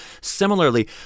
Similarly